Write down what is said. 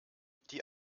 die